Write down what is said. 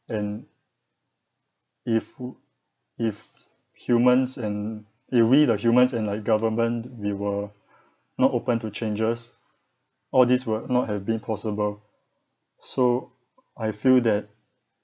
and if would if humans and if we the humans and like government we were not open to changes all these were not have been possible so I feel that